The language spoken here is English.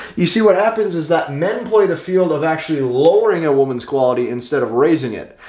you see, what happens is that men play the field of actually lowering a woman's quality instead of raising it.